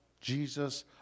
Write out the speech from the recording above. Jesus